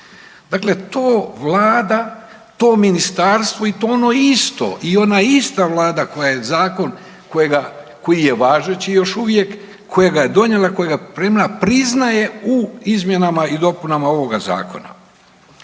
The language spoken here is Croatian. Dakle, to Vlada, to ministarstvo i to ono isto i ona ista Vlada koja je zakon koji je važeći još uvijek koja ga je donijela, koja ga priznaje u izmjenama i dopunama ovoga Zakona.